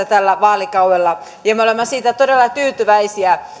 tällä vaalikaudella ja me olemme siitä todella tyytyväisiä